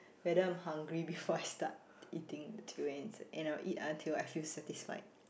whether I'm hungry before I start eating durians and I'll eat until I feel satisfied